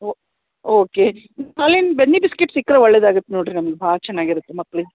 ಓ okay ಹಾಲಿನ ಬೆಣ್ಣೆ biscuit ಸಿಕ್ಕರೆ ಒಳ್ಳೇದಾಗತ್ತೆ ನೋಡ್ರಿ ನಮ್ಗೆ ಭಾಳ ಚೆನ್ನಾಗ್ ಇರುತ್ತೆ ಮಕ್ಕಳಿಗ್